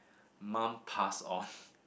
mum pass off